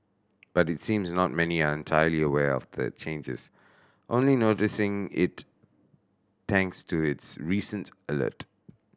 but it seems not many are entirely aware of the changes only noticing it thanks to this recent alert